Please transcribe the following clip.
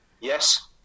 yes